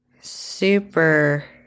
super